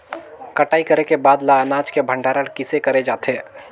कटाई करे के बाद ल अनाज के भंडारण किसे करे जाथे?